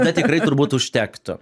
tada tikrai turbūt užtektų